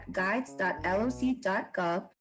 guides.loc.gov